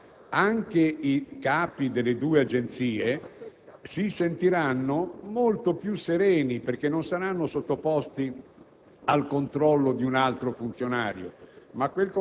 la responsabilità della guida, del controllo? Anche i capi delle due agenzie si sentiranno molto più sereni, perché non saranno sottoposti